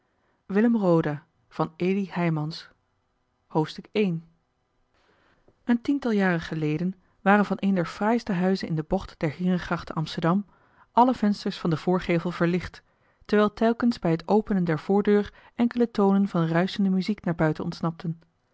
i een tiental jaren geleden waren van een der fraaiste huizen in de bocht der heerengracht te amsterdam alle vensters van den voorgevel verlicht terwijl telkens bij het openen der voordeur enkele tonen van ruischende muziek naar buiten ontsnapten